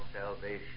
salvation